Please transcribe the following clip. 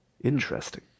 Interesting